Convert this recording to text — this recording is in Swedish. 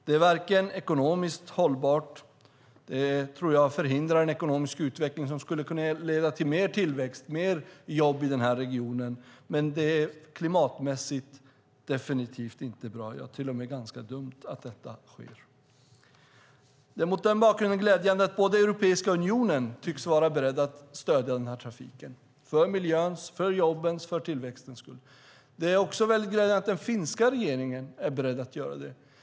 Det är inte ekonomiskt hållbart. Det tror jag förhindrar en ekonomisk utveckling som skulle kunna leda till mer tillväxt och mer jobb i denna region. Det är definitivt inte heller klimatmässigt bra. Det är till och med ganska dumt att detta sker. Det är mot denna bakgrund glädjande att Europeiska unionen tycks vara beredd att stödja denna trafik för miljöns, jobbens och tillväxtens skull. Det är också mycket glädjande att den finska regeringen är beredd att göra det.